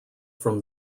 from